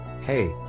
hey